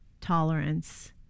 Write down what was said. tolerance